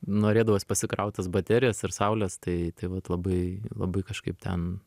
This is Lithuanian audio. norėdavos pasikraut tas baterijas ir saulės tai tai vat labai labai kažkaip ten